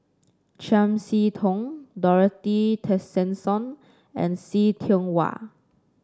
Chiam See Tong Dorothy Tessensohn and See Tiong Wah